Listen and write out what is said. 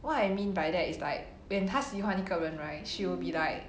what I mean by that is like when 她喜欢那个人 right she will be like